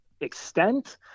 extent